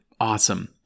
Awesome